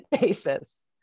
basis